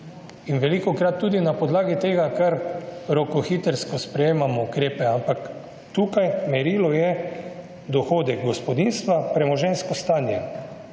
in velikokrat tudi na podlagi tega kar rokohitrsko sprejemamo ukrepe, ampak tukaj merilo je dohodek gospodinjstva, premoženjsko stanje.